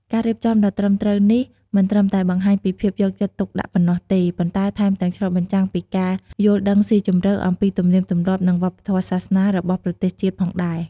ការរៀបចំដ៏ត្រឹមត្រូវនេះមិនត្រឹមតែបង្ហាញពីភាពយកចិត្តទុកដាក់ប៉ុណ្ណោះទេ ប៉ុន្តែថែមទាំងឆ្លុះបញ្ចាំងពីការយល់ដឹងស៊ីជម្រៅអំពីទំនៀមទម្លាប់ និងវប្បធម៌សាសនារបស់ប្រទេសជាតិផងដែរ។